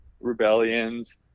rebellions